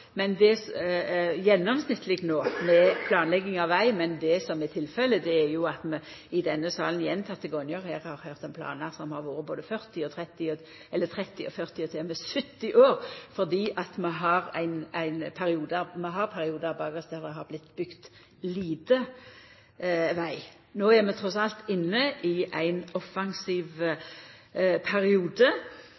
det no tek gjennomsnittleg ni år med planlegging av veg, men det som er tilfellet, er at vi i denne salen gjentekne gonger har høyrt om planar som har vore både 30, 40 og til og med 70 år, fordi vi har hatt periodar bak oss der det har vorte bygd lite veg. No er vi trass alt inne i ein offensiv